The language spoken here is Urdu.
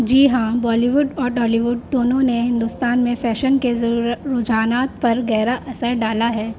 جی ہاں بالی ووڈ اور ٹالی ووڈ دونوں نے ہندوستان میں فیشن کے رجحانات پر گہرا اثر ڈالا ہے